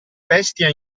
bestia